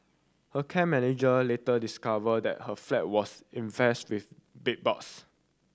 her care manager later discovered that her flat was infested with bedbugs